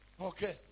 okay